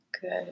Good